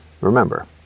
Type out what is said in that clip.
remember